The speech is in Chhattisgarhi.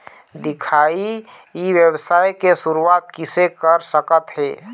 दिखाही ई व्यवसाय के शुरुआत किसे कर सकत हे?